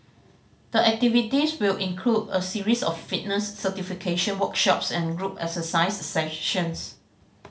the activities will include a series of fitness certification workshops and group exercise sessions